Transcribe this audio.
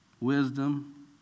Wisdom